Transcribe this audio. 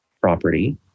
property